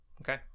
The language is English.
Okay